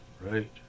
right